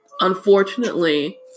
unfortunately